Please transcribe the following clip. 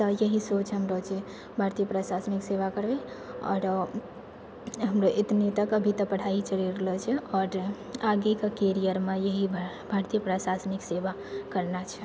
यही सोच हमरा जे भारतीय प्रशासनिक सेवा करी आओर हमरा इतने तक अभी तऽ पढ़ाइ चलि रहल छै आओर आगे कि करियरमे भारतीय प्रशासनिक सेवा करना छै